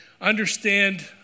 understand